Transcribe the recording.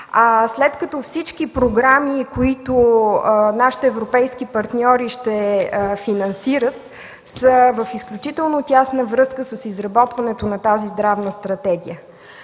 …След като всички програми, които нашите европейски партньори ще финансират, са в изключително тясна връзка с изработването на тази здравна стратегия.